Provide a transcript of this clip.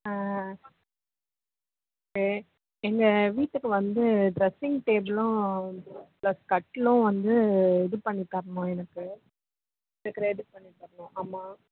எ எங்கள் வீட்டுக்கு வந்து ட்ரெஸ்ஸிங் டேபிளும் ப்ளஸ் கட்டிலும் வந்து இது பண்ணி தரணும் எனக்கு எனக்கு ரெடி பண்ணி தரணும் ஆமாம்